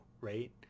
right